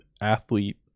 athlete